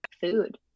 food